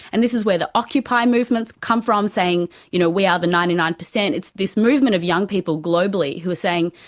and this is where the occupy movement's come from, saying, you know, we are the ninety nine per cent. it's this movement of young people globally who are saying,